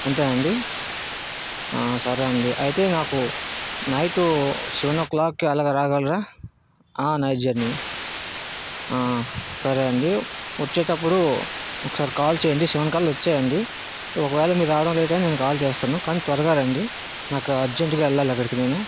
అంతేనా అండి సరే అండి అయితే నాకు నైటు సెవెన్ ఓ క్లాక్కి అలా రాగలరా నైట్ జర్నీ సరే అండి వచ్చేటపుడు ఒకసారి కాల్ చేయండి సెవెన్ కల్లా వచ్చేయండి ఒకవేళ మీరు రావడం లేట్ అయినా నేను కాల్ చేస్తాను కాని త్వరగా రండి నాకు అర్జెంట్గా వెళ్ళాలి అక్కడికి నేను